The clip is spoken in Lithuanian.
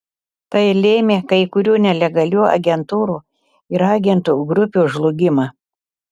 tai lėmė kai kurių nelegalių agentūrų ir agentų grupių žlugimą